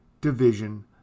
division